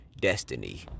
destiny